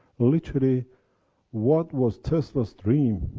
literally what was tesla's dream,